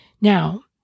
Now